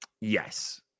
Yes